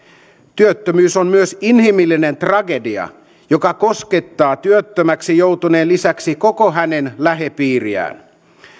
työttömyys on myös inhimillinen tragedia joka koskettaa työttömäksi joutuneen lisäksi koko hänen lähipiiriään